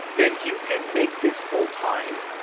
then you could make this full-time